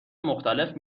مختلف